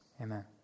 Amen